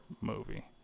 movie